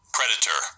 Predator